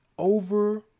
Over